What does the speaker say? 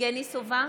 יבגני סובה,